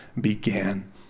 began